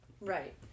Right